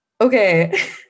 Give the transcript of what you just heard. Okay